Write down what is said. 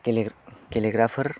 गेले गेलेग्राफोर